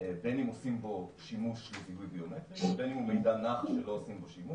אם עולה משם שיש מאגר ביומטרי אז אני יכול להמשיך ולבדוק.